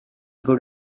good